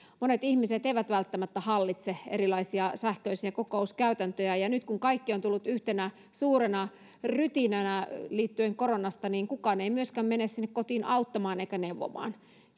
monet ihmiset eivät välttämättä hallitse erilaisia sähköisiä kokouskäytäntöjä ja nyt kun kaikki on tullut yhtenä suurena rytinänä liittyen koronaan niin kukaan ei myöskään mene sinne kotiin auttamaan eikä neuvomaan